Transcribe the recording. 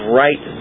right